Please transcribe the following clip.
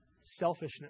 selfishness